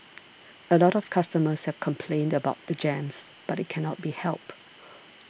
a lot of customers have complained about the jams but it cannot be helped